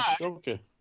Okay